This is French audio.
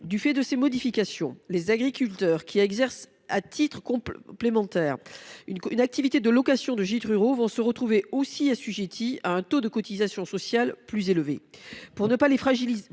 Du fait de ces modifications, les agriculteurs qui exercent à titre complémentaire une activité de location de gîte rural vont se retrouver assujettis à un taux de cotisations sociales plus élevé.